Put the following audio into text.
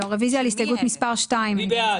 רוויזיה על הסתייגות מס' 33. מי בעד,